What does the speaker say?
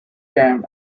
them